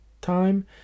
time